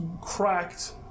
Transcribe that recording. cracked